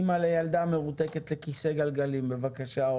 אימא לילדה המרותקת לכיסא גלגלים, בבקשה.